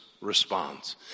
responds